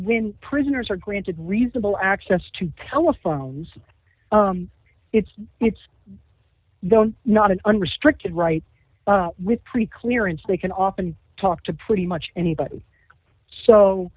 when prisoners are granted reasonable access to telephones it's it's not an unrestricted right with preclearance they can often talk to pretty much anybody so